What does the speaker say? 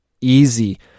easy